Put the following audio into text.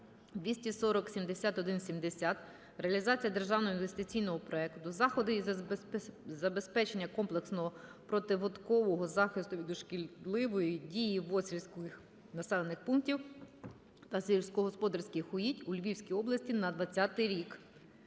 2407170 "Реалізація державного інвестиційного проекту "Заходи із забезпечення комплексного протипаводкового захисту від шкідливої дії вод сільських населених пунктів та сільськогосподарських угідь у Львівській області" на 2020 рік.